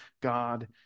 God